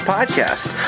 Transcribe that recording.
Podcast